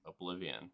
Oblivion